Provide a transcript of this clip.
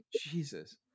Jesus